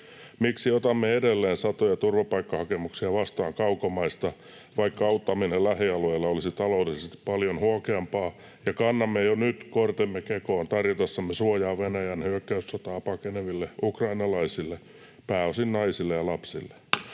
Miksi otamme edelleen satoja turvapaikkahakemuksia vastaan kaukomaista, vaikka auttaminen lähialueilla olisi taloudellisesti paljon huokeampaa ja kannamme jo nyt kortemme kekoon tarjotessamme suojaa Venäjän hyökkäyssotaa pakeneville ukrainalaisille, pääosin naisille ja lapsille?